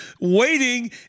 waiting